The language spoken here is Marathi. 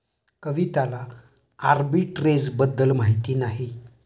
कविताला आर्बिट्रेजबद्दल माहिती नाही